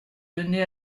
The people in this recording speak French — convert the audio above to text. donné